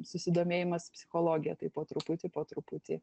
susidomėjimas psichologija tai po truputį po truputį